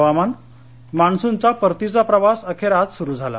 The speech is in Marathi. हवामान् मान्सूनचा परतीचा प्रवास अखेर आज सुरु झाला